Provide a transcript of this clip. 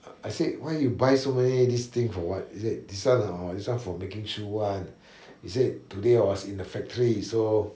uh I said why you buy so many these things for what he said this one hor this one for making shoe [one] he said today I was in the factory so